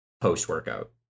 post-workout